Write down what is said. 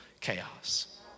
chaos